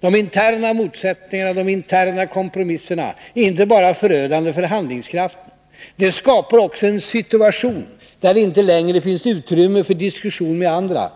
De interna motsättningarna och de interna kompromisserna är inte bara förödande för handlingskraften, de skapar också en situation där det inte längre finns utrymme för diskussion med andra